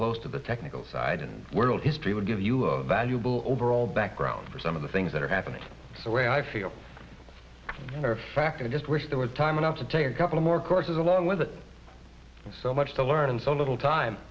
close to the technical side and world history would give you a valuable overall background for some of the things that are happening the way i feel a fact i just wish there was time enough to take a couple more courses along with it so much to learn and so little time